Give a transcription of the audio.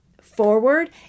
forward